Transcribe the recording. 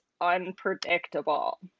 unpredictable